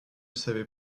savez